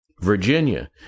Virginia